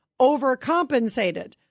overcompensated